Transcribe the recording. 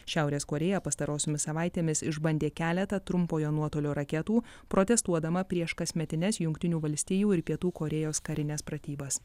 šiaurės korėja pastarosiomis savaitėmis išbandė keletą trumpojo nuotolio raketų protestuodama prieš kasmetines jungtinių valstijų ir pietų korėjos karines pratybas